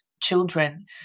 children